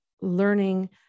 learning